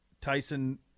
Tyson